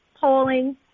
polling